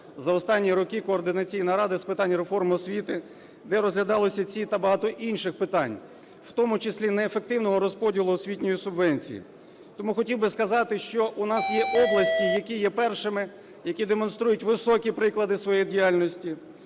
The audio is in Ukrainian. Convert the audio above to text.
за останні роки Координаційна рада з питань реформи освіти, де розглядалися ці та багато інших питань, в тому числі неефективного розподілу освітньої субвенції. Тому хотів би сказати, що в нас є області, які є першими, які демонструють високі приклади своєї діяльності,